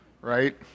Right